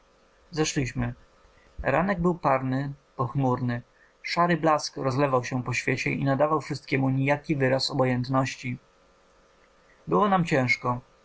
zeszliśmy ranek był parny pochmurny szary blask rozlewał się po świecie i nadawał wszystkiemu nijaki wyraz obojętności było nam ciężko